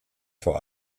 vor